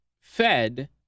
fed